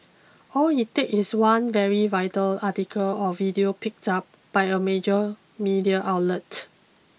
all it takes is one very vital article or video picked up by a major media outlet